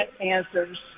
answers